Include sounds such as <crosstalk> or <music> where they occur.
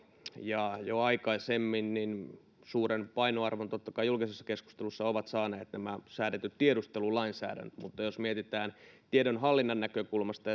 ja jo aikaisemmin suuren painoarvon totta kai julkisessa keskustelussa ovat saaneet säädetyt tiedustelulainsäädännöt mutta jos mietitään tiedonhallinnan näkökulmasta <unintelligible>